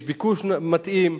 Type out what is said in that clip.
יש ביקוש מתאים,